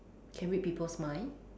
can read people's mind